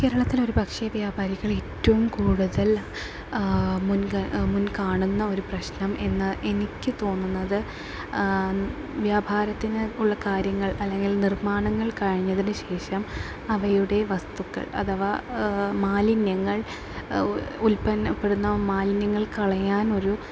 കേരളത്തിലെ ഒരു ഭക്ഷ്യ ഒരു വ്യാപാരികൾ ഏറ്റവും കൂടുതൽ മുൻ മുൻ കാണുന്ന ഒരു പ്രശ്നം എന്ന് എനിക്ക് തോന്നുന്നത് വ്യാപാരത്തിന് ഉള്ള കാര്യങ്ങൾ അല്ലെങ്കിൽ നിർമ്മാണങ്ങൾ കഴിഞ്ഞതിന് ശേഷം അവയുടെ വസ്തുക്കൾ അഥവാ മാലിന്യങ്ങൾ ഉത്പന്നപ്പെടുന്ന മാലിന്യങ്ങൾ കളയാനൊരു